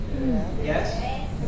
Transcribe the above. Yes